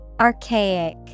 Archaic